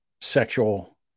sexual